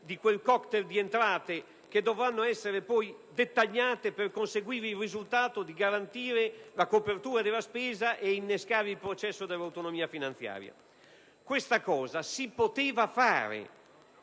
di quel *cocktail* di entrate che dovranno essere poi dettagliate per conseguire il risultato di garantire la copertura della spesa e innescare il processo dell'autonomia finanziaria. Questa cosa si poteva fare,